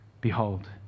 behold